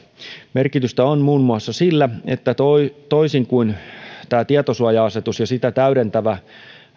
merkitystä on muun muassa sillä että toisin kuin tätä tietosuoja asetusta ja sitä täydentävää